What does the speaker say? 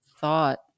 thought